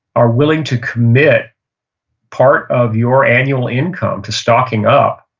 are willing to commit part of your annual income to stocking up,